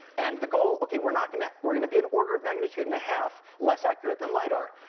and the goal, okay, we're not gonna, we're gonna be in order of magnitude and a half, less accurate than lidar.